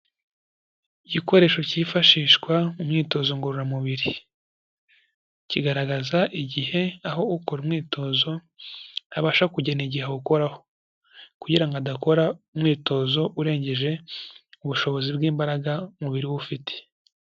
Igikoresho cyifashishwa mu myitozo ngororamubiri. Kigaragaza igihe aho ukora umwitozo abasha kugena igihe awukoraho kugira ngo adakora umwitozo urengeje ubushobozi bw'imbaraga umubiri we ufite.